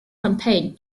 campaign